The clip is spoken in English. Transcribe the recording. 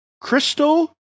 Crystal